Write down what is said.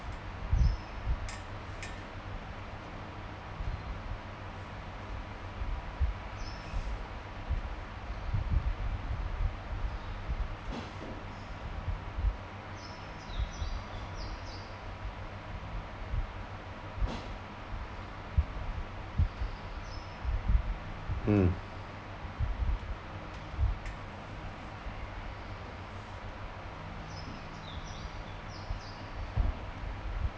mm